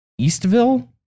Eastville